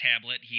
tablet